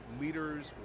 leaders